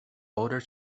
older